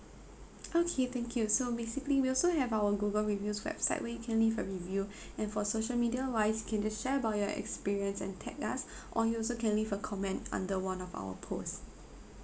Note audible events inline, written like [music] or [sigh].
[noise] okay thank you so basically we also have our google reviews website where you can leave a review and for social media wise you can just share about your experience and tag us or you also can leave a comment under one of our posts